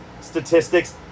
statistics